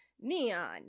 neon